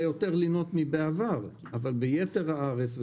יותר לינות מאשר בעבר אבל ביתר הארץ,